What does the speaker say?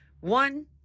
One